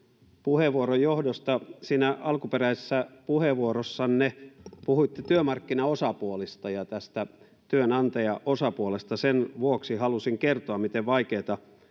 puheenvuoron johdosta siinä alkuperäisessä puheenvuorossanne puhuitte työmarkkinaosapuolista ja tästä työnantajaosapuolesta sen vuoksi halusin kertoa miten vaikeaa